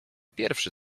pierwszy